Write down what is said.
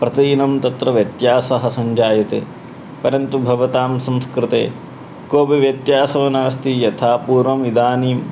प्रतिदिनं तत्र व्यत्यासः सञ्जायते परन्तु भवतां संस्कृते कोपि व्यत्यासो नास्ति यथा पूर्वम् इदानीम्